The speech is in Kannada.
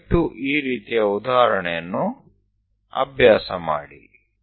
ದಯವಿಟ್ಟು ಈ ರೀತಿಯ ಉದಾಹರಣೆಯನ್ನು ಅಭ್ಯಾಸ ಮಾಡಿ